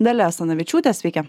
dalia asanavičiūtė sveiki